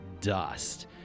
dust